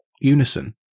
unison